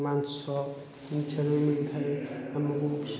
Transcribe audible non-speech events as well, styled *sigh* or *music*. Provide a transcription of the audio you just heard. ଓ ମାଂସ *unintelligible* ମିଳିଥାଏ ଆମକୁ